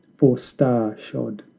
for star-shod,